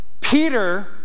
Peter